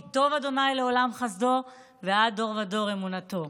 כי טוב ה' לעולם חסדו ועד דֹּר ודר אמונתו".